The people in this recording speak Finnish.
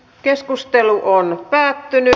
keskustelu päättyi